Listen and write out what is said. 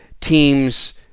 team's